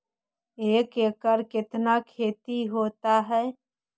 एक एकड़ कितना खेति होता है?